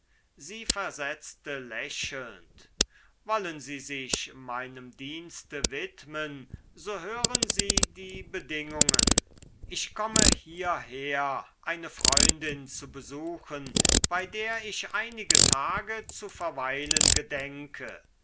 sie versetzte lächelnd wollen sie sich meinem dienste widmen so hören sie die bedingungen ich komme hierher eine freundin zu besuchen bei der ich einige tage zu verweilen gedenke